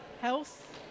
health